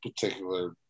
particular